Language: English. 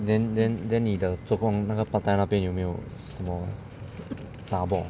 then then then 你的做工那个 part time 那边有没有什么 zhar bo